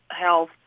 Health